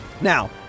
Now